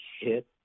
hit